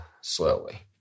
slowly